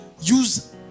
use